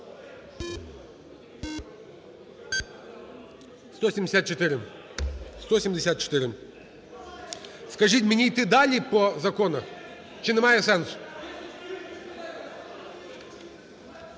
174. 174. Скажіть, мені йти далі по законах чи немає сенсу?